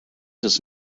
does